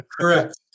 Correct